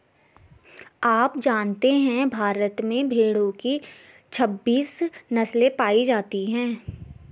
आप जानते है भारत में भेड़ो की छब्बीस नस्ले पायी जाती है